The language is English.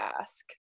ask